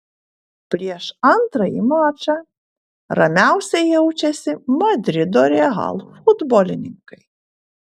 prieš antrąjį mačą ramiausiai jaučiasi madrido real futbolininkai